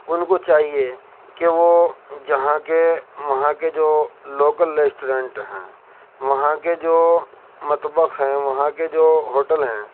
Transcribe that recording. ان کو چاہیے کہ وہ جہاں کے وہاں کے جو لوکل لیسٹورنٹ ہیں وہاں کے جو مطبخ ہیں وہاں کے جو ہوٹل ہیں